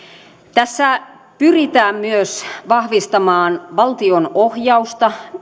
tässä pyritään myös vahvistamaan valtion ohjausta